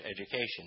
education